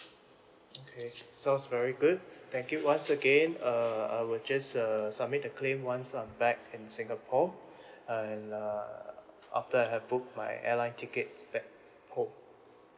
okay sounds very good thank you once again err I will just err submit the claim once I'm back in singapore and uh after I have booked my airline ticket back home